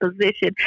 position